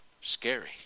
scary